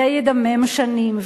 זה ידמם שנים.